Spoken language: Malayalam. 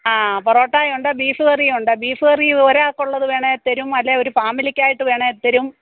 ആ പൊറോട്ടായും ഉണ്ട് ബീഫ് കറിയൊണ്ട് ബീഫ് കറി ഒരാൾക്കുള്ളത് വേണേൽ തരും അല്ലേ ഒരു ഫേമിലിക്കായിട്ട് വേണേൽ തരും